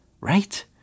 Right